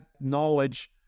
knowledge